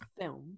film